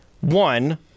One